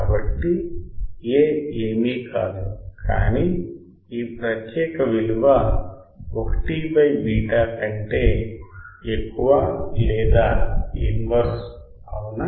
కాబట్టి A ఏమీ కాదు కానీ ఈ ప్రత్యేక విలువ 1 β కంటే ఎక్కువ లేదా ఇన్వర్స్ అవునా